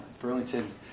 Burlington